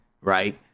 right